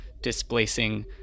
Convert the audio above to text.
displacing